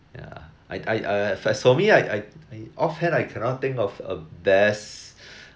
yeah I I uh as for me I I I off hand I cannot think of a best